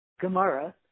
Gemara